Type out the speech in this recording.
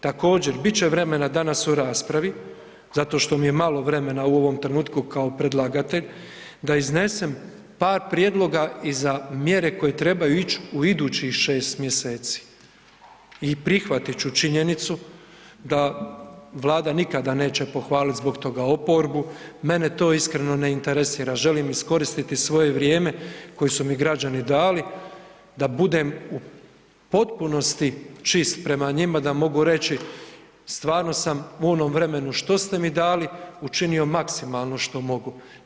Također, bit će vremena danas u raspravi zato što mi je malo vremena u ovom trenutku kao predlagatelj da iznesem par prijedloga i za mjere koje trebaju ić u idućih 6 mjeseci i prihvatit ću činjenicu da Vlada nikada neće pohvalit zbog toga oporbu, mene to iskreno ne interesira, želim iskoristiti svoje vrijeme koje su mi građani dali da budem u potpunosti čist prema njima da mogu reći stvarno sam u onom vremenu što ste mi dali učinio maksimalno što mogu.